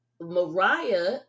Mariah